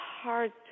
hard